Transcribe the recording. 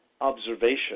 observation